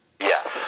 Yes